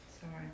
Sorry